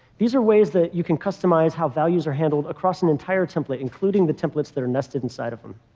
these are ways that you can customize how values are handled across an entire template, including the templates that are nested inside of them.